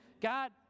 God